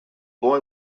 boy